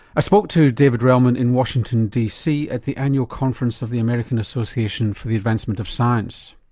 i spoke to david relman in washington dc at the annual conference of the american association for the advancement of science.